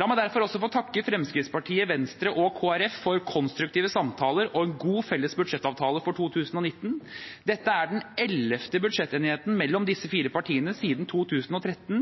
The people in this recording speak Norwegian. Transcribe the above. La meg derfor også få takke Fremskrittspartiet, Venstre og Kristelig Folkeparti for konstruktive samtaler og en god felles budsjettavtale for 2019. Dette er den ellevte budsjettenigheten mellom disse fire partiene siden 2013,